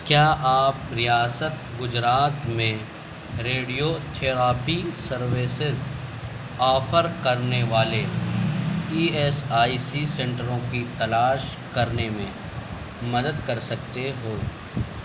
کیا آپ ریاست گجرات میں ریڈیو تھراپی سروسز آفر کرنے والے ای ایس آئی سی سینٹروں کی تلاش کرنے میں مدد کر سکتے ہو